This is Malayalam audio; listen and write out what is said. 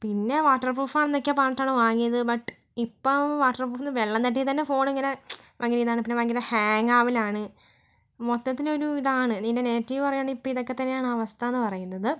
പിന്നെ വാട്ടർ പ്രൂഫാണെന്നൊക്കെ പറഞ്ഞിട്ടാണ് വാങ്ങിയത് ബട്ട് ഇപ്പോൾ വാട്ടർ പ്രൂഫ് വെള്ളം തട്ടിയാൽ തന്നെ ഫോണിങ്ങനെ ഭയങ്കര ഇതാണ് പിന്നെ ഭയങ്കര ഹാങ്ങാവലാണ് മൊത്തത്തിൽ ഒരു ഇതാണ് പിന്നതിൻ്റെ നെഗറ്റീവ് പറയുവാണെങ്കിൽ ഇപ്പോൾ ഇതൊക്കെ തന്നെയാണ് അവസ്ഥാന്നു പറയുന്നത്